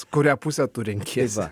kurią pusę tu renkiesi